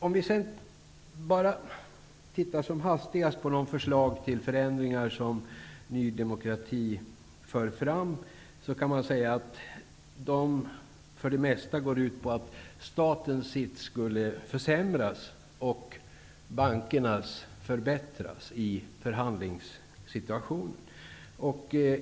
Om vi sedan tittar bara som hastigast på de förslag till förändringar som Ny demokrati för fram, kan vi säga att de för de mesta går ut på att statens sits skulle försämras och bankernas förbättras i förhandlingssituationen.